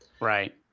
Right